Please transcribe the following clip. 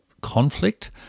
conflict